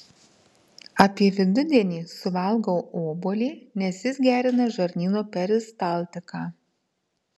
apie vidudienį suvalgau obuolį nes jis gerina žarnyno peristaltiką